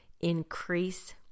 increase